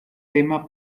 tema